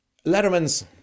Letterman's